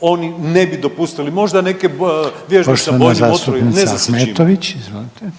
oni ne bi dozvolili, možda neke vježbe sa bojnim otrovima, ne zna se s čim.